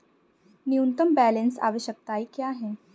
न्यूनतम बैलेंस आवश्यकताएं क्या हैं?